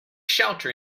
shelter